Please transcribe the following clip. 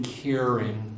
caring